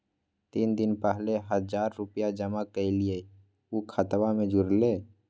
तीन दिन पहले हजार रूपा जमा कैलिये, ऊ खतबा में जुरले?